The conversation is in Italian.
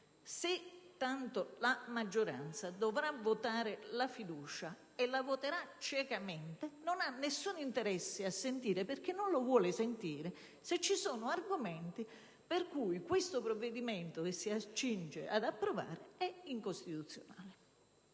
genere la maggioranza, se dovrà votare la fiducia e la voterà ciecamente, non ha alcun interesse a sentire, perché non lo vuole, se ci sono argomenti per cui il provvedimento che si accinge ad approvare è incostituzionale.